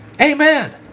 Amen